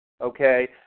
Okay